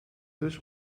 dus